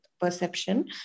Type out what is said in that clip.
Perception